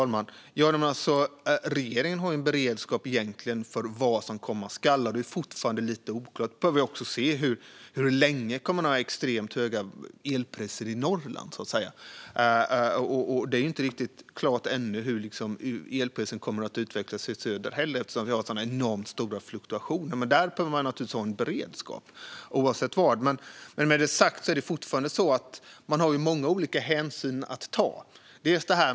Herr talman! Regeringen har en beredskap för vad som komma skall, vilket fortfarande är lite oklart. Vi behöver också se hur länge det är extremt höga elpriser i norr. Det står ännu inte klart hur elpriserna kommer att utveckla sig i söder heller eftersom vi har så enormt stora fluktuationer. Men oavsett var behöver man givetvis ha en beredskap. Med det sagt har man många olika hänsyn att ta utöver detta.